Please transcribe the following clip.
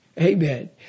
amen